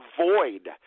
void